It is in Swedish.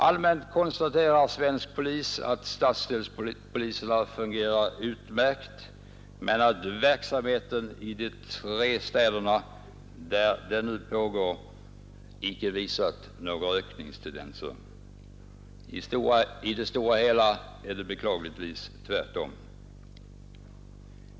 Allmänt konstaterar Svensk Polis att stadsdelspoliserna fungerar alldeles utmärkt, men att verksamheten i de tre städer där den nu pågår inte visat några ökningstendenser. I det stora hela är det beklagligtvis tvärtom.